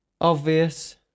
obvious